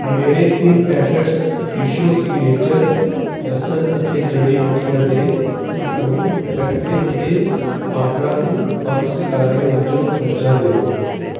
ਮੇਰੇ ਤਿੰਨ packets Fresho signature ਲਸਣ ਅਤੇ ਜੜ੍ਹੀ ਬੂਟੀਆਂ ਦੇ ਕਰੌਟੌਨ ਕੱਟੇ ਦੇ ਆਰਡਰਾਂ ਨੂੰ ਪੰਜ ਸਿਤਾਰਿਆਂ ਵਜੋਂ ਦਰਜਾ ਦਿਓ